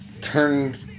turned